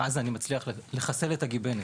אז אני מצליח לחסל את הגיבנת.